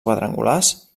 quadrangulars